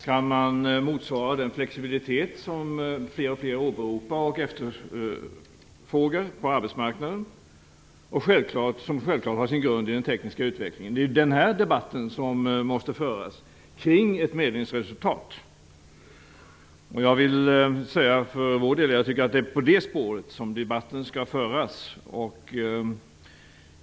Kan man skapa den flexibilitet som fler och fler vill se i efterfrågan på arbetsmarknaden, en efterfrågan som självklart har sin grund i den tekniska utvecklingen? Det är den här debatten som måste föras kring ett medlingsresultat. Jag vill för vår del säga att det är efter det spåret som debatten skall föras.